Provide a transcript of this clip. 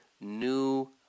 new